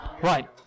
Right